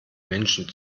menschen